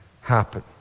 happen